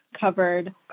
covered